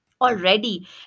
Already